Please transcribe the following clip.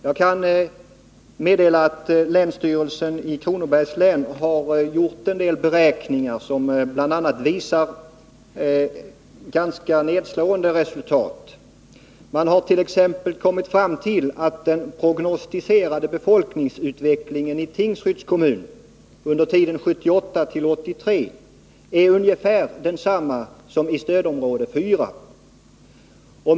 Jag kan meddela att länsstyrelsen har gjort en del beräkningar, som ger ganska nedslående resultat. Man har t.ex. kommit fram till att den prognostiserade befolkningsutvecklingen i Tingsryds kommun under tiden 1978-1983 blir ungefär densamma som i stödområde 4.